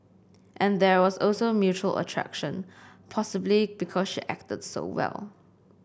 and there was also mutual attraction possibly because she acted so well